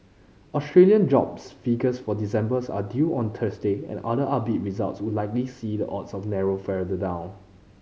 Australian jobs figures for December are due on Thursday and another upbeat results would likely see the odds of narrow further down